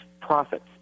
profits